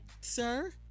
Sir